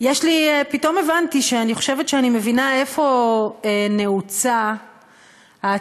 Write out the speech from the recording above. פתאום הבנתי שאני חושבת שאני מבינה איפה נעוצה הטינה